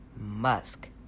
Musk